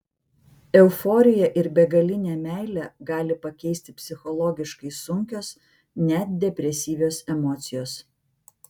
euforiją ir begalinę meilę gali pakeisti psichologiškai sunkios net depresyvios emocijos